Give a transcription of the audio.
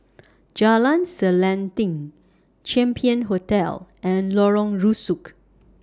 Jalan Selanting Champion Hotel and Lorong Rusuk